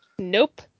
Nope